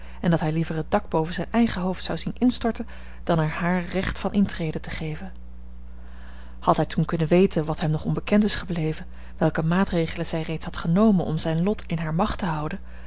en dat hij liever het dak boven zijn eigen hoofd zou zien instorten dan er haar recht van intrede te geven had hij toen kunnen weten wat hem nog onbekend is gebleven welke maatregelen zij reeds had genomen om zijn lot in hare macht te houden